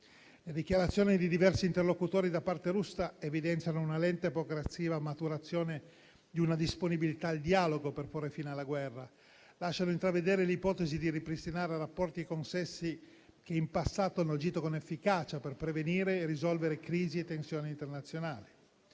Le dichiarazioni di diversi interlocutori da parte russa evidenziano una lenta e progressiva maturazione di una disponibilità al dialogo per porre fine alla guerra, lasciando intravedere l'ipotesi di ripristinare rapporti e consessi che in passato hanno agito con efficacia per prevenire e risolvere crisi e tensioni internazionali.